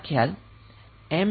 આ ખ્યાલ એમ